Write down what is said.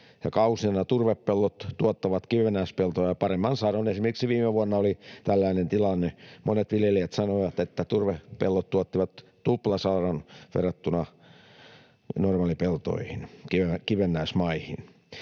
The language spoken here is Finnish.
ja kausina turvepellot tuottavat kivennäispeltoja paremman sadon. Esimerkiksi viime vuonna oli tällainen tilanne. Monet viljelijät sanoivat, että turvepellot tuottivat tuplasadon verrattuna normaalipeltoihin, kivennäismaihin.